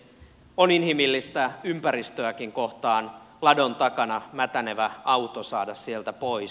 on inhimillistä ympäristöäkin kohtaan ladon takana mätänevä auto saada sieltä pois